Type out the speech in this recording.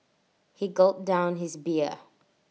he gulped down his beer